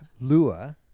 Lua